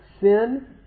sin